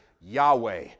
Yahweh